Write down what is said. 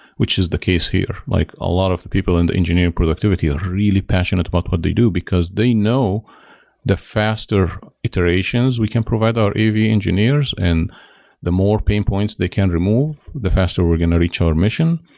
which is the case here. like a lot of the people in the engineering productivity are really passionate about what they do, because they know the faster iterations we can provide our av engineers and the more pain points they can remove, the faster we're going to reach our mission.